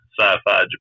Sci-Fi